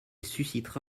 suscitera